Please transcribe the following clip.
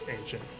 ancient